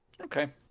Okay